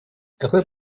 какой